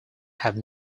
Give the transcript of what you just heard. have